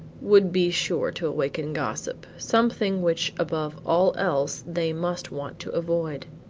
would be sure to awaken gossip something which above all else they must want to avoid.